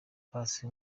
paccy